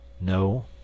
No